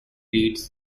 leads